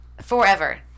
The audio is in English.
forever